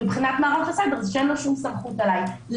מבחינת מערך הסייבר זה שאין לו שום סמכות עליי.